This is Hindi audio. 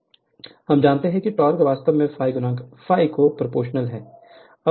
Refer Slide Time 1625 हम जानते हैं कि टोक़ वास्तव में ∅∅ के प्रोपोर्शनल है